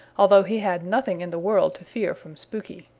although he had nothing in the world to fear from spooky.